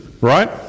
right